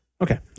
Okay